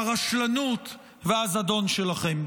הרשלנות והזדון שלכם.